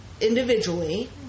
individually